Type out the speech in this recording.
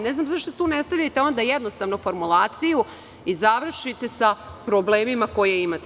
Ne znam zašto tu ne stavljate jednostavno formulaciju i završite sa problemima koje imate.